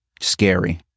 scary